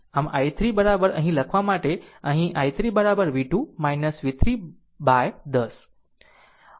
આમ i3 અહીં લખવા માટે અહીં i3 v2 v 3 by 10